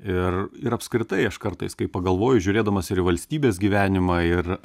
ir ir apskritai aš kartais kai pagalvoju žiūrėdamas ir į valstybės gyvenimą ir